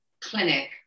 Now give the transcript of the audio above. clinic